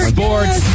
Sports